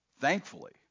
Thankfully